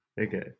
okay